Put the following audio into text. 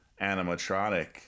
animatronic